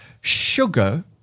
sugar